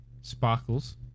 Sparkles